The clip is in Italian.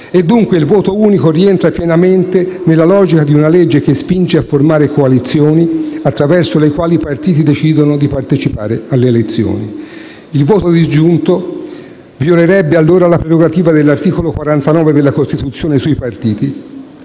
Dunque, il voto unico rientra pienamente nella logica di una legge che spinge a formare coalizioni, attraverso le quali i partiti decidono di partecipare alle elezioni. Il voto disgiunto violerebbe allora la prerogativa dell'articolo 49 della Costituzione sui partiti